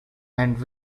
and